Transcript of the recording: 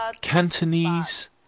Cantonese